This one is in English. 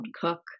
cook